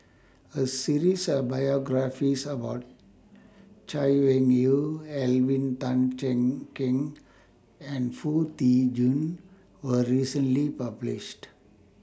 A series of biographies about Chay Weng Yew Alvin Tan Cheong Kheng and Foo Tee Jun was recently published